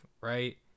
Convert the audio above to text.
right